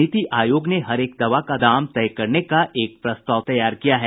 नीति आयोग ने हरेक दवा का दाम तय करने का एक प्रस्ताव तैयार किया है